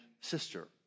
sister